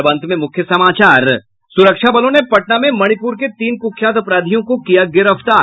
और अब अंत में मुख्य समाचार सुरक्षा बलों ने पटना में मणिपुर के तीन कुख्यात अपराधियों को किया गिरफ्तार